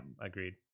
agreed